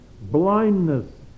blindness